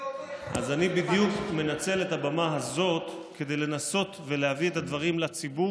אני מנצל את הבמה הזאת בדיוק כדי לנסות להביא את הדברים לציבור,